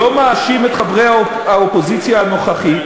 לא מאשים את חברי האופוזיציה הנוכחית,